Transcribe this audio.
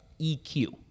EQ